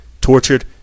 tortured